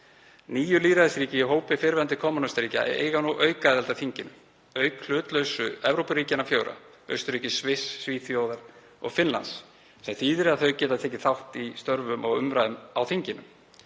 Níu lýðræðisríki úr hópi fyrrverandi kommúnistaríkja eiga nú aukaaðild að þinginu, auk hlutlausu Evrópuríkjanna fjögurra, Austurríkis, Sviss, Svíþjóðar og Finnlands, sem þýðir að þau geta tekið þátt í störfum og umræðum á þinginu.